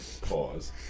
Pause